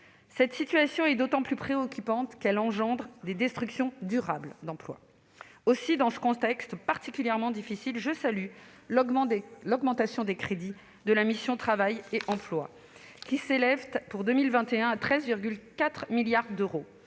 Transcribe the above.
Cette situation est d'autant plus préoccupante qu'elle engendre des destructions durables d'emploi. Dans ce contexte particulièrement difficile, je salue l'augmentation des crédits de la mission « Travail et emploi », qui s'élèveront l'année prochaine à 13,4 milliards d'euros-